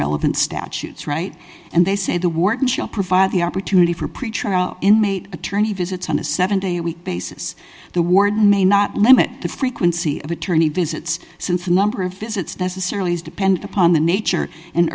relevant statutes right and they say the wharton shall provide the opportunity for pretrial inmate attorney visits on a seven day week basis the ward may not limit the frequency of attorney visits since the number of visits necessarily is dependent upon the nature and